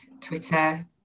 Twitter